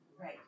Right